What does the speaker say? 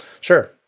Sure